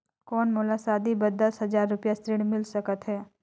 कौन मोला शादी बर दस हजार रुपिया ऋण मिल सकत है?